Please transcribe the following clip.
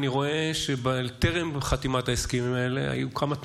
ואני רואה שטרם חתימת ההסכמים האלה היו כמה תנאים.